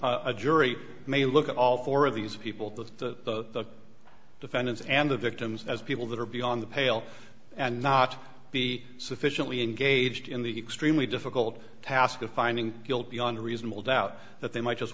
that a jury may look at all four of these people to the defendants and the victims as people that are beyond the pale and not be sufficiently engaged in the extremely difficult task of finding guilt beyond a reasonable doubt that they might just